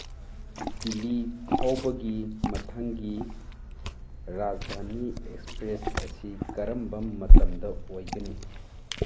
ꯗꯤꯜꯂꯤ ꯐꯥꯎꯕꯒꯤ ꯃꯊꯪꯒꯤ ꯔꯥꯖꯗꯥꯅꯤ ꯑꯦꯛꯁꯄ꯭ꯔꯦꯁ ꯑꯁꯤ ꯀꯔꯝꯕ ꯃꯇꯝꯗ ꯑꯣꯏꯒꯅꯤ